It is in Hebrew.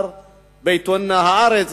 בעיתון "הארץ",